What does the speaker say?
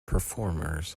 performers